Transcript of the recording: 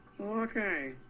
Okay